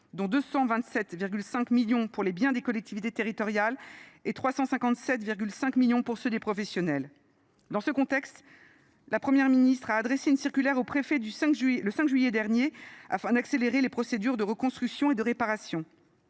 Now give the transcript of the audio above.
dont 227,5 millions pour les biens des collectivités territoriales et 357,5 millions pour ceux des professionnels. Dans ce contexte, la Première ministre a adressé une circulaire aux préfets, le 5 juillet dernier, afin d’accélérer les procédures de reconstruction et de réparation.